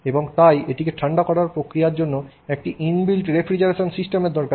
এবং তাই এটিকে ঠান্ডা করার প্রক্রিয়াটির জন্য একটি বিল্ট ইন রেফ্রিজারেশন সিস্টেমের দরকার ছিল